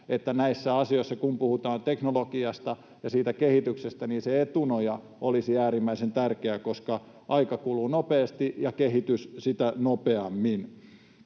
että näissä asioissa, kun puhutaan teknologiasta ja siitä kehityksestä, se etunoja olisi äärimmäisen tärkeä, koska aika kuluu nopeasti ja kehitys sitä nopeammin.